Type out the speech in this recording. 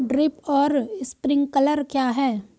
Drip और sprinkler क्या हैं?